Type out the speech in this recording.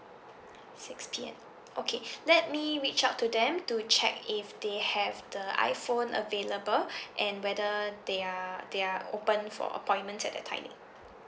six P_M okay let me reach out to them to check if they have the iPhone available and whether they are they are open for appointment at that timing